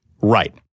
Right